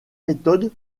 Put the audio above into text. méthodes